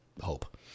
hope